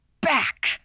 back